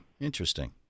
Interesting